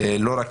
לא רק